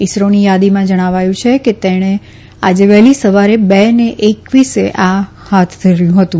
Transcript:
ઈસરોની યાદીમાં જણાવાયું છે કે તે તેને આજે વહેલી સવારે બે ને એકવીસે હાથ ધરાયું હતું